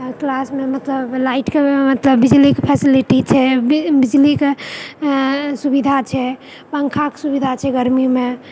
क्लासमे मतलब लाइटके मतलब बिजलीके फेसिलिटी छै बिजलीके सुविधा छै पङ्खाके सुविधा छै गरमीमे